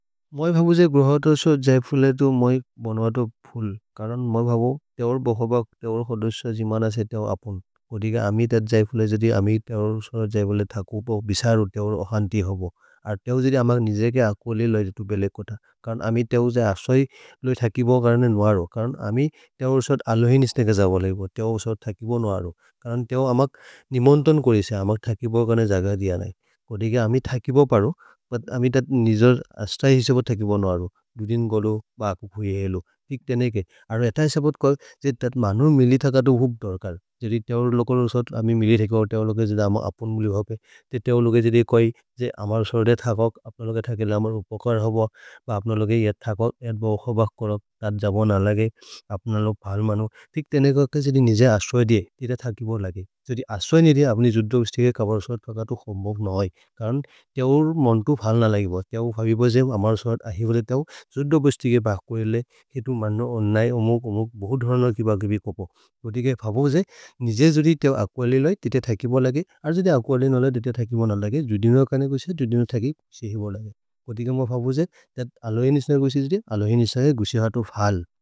मोइ भभु जे ग्रोहतो सो जै फुले तु मोइ बन्वतो फुल्, करन् मोइ भभु तेओर् बहोबग्, तेओर् होदोशजि मनसे तेओ अपुन्। कोदि ग अमि तत् जै फुले, जोदि अमि तेओर् सोर जै बोले थकुबो, बिसरु तेओर् अहन्ति होबो। अर् तेओ जिदि अमक् निजेके अकोलि लै रितु बेले कोथ। करन् अमि तेओर् जै असै लोहि थकिबो करने नोहरो। करन् अमि तेओर् सोर अलोहि निस्नेके जबलैबो, तेओर् सोर थकिबो नोहरो। करन् तेओर् अमक् निमोन्तोन् कोरि से, अमक् थकिबो करने जग दिय नै। कोदि ग अमि थकिबो परो, पत् अमि तत् निजेर् अस्तै हिसबो थकिबो नोहरो। दुदिन् गोलो, बकु फुले हेलो। तिक् तेनेके। अरो एतै सेपोत् कर्, जै तत् मनोर् मिलि थकतो भुक् दोर्कर्। जोदि तेओर् लोकलो सोत् अमि मिलि थकिबो, तेओर् लोके जिद अमक् अपुन् मुलि होपे। ते तेओर् लोके जिदि कोइ, जै अमर् सोर्दे थकक्, अप्नलोके थकेल अमर् उपकर् होबो। प अप्नलोके यद् थकक्, यद् बहोबग् कोर, तत् जबो न लगे, अप्नलो भल् मनो। तिक् तेनेके, जोदि निजे असोय् दिये, तित थकिबो लगे। जोदि असोय् निरे, अप्नि जुद्दोबिस् तिगे कबर् सोर्दे थकतो खम्बोग् नोहै। करन्, तेओर् मन्को फल् न लगेब। तेओर् फबिब, जेम् अमर् सोर्दे अहि वोले, तेओर् जुद्दोबिस् तिगे भक्वेले। हितु मनो अन्नै ओमुक् ओमुक्, बहोद् धोरनक् कि भकिबि कोपो। कोदि ग फबुजे, निजे जोदि तेओर् अक्वले लगे, तित थकिबो लगे, अर् जोदे अक्वले नोल। तित थकिबो न लगे, दुदिनो कर्ने गुशे, दुदिनो थकिब्, सेहि बोलगे। कोदि ग म फबुजे, तत् अलोहि निसन गुशे जोदि, अलोहि निसन गुशे हतो फल्।